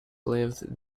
lived